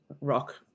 rock